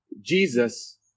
Jesus